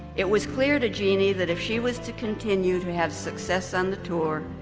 it was clear to jeanne that if she was to continue to have success on the tour,